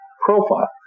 profile